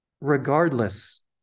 regardless